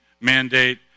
mandate